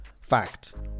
Fact